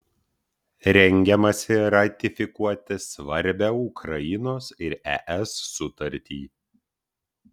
rengiamasi ratifikuoti svarbią ukrainos ir es sutartį